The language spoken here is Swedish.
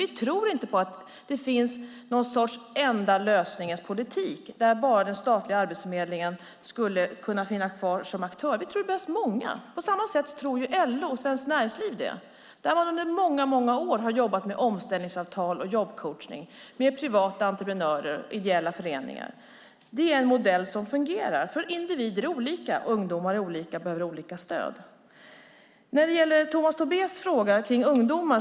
Vi tror inte på att det finns någon sorts enda lösningens politik där bara den statliga Arbetsförmedlingen skulle kunna finnas kvar som aktör. Vi tror att det behövs många. På samma sätt tror LO och Svenskt Näringsliv det. Där har man under många år jobbat med omställningsavtal och jobbcoachning, med privata entreprenörer och ideella föreningar. Det är en modell som fungerar, för individer är olika. Ungdomar är olika och behöver olika stöd. Tomas Tobé ställde en fråga kring ungdomar.